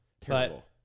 Terrible